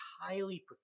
highly